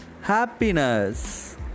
happiness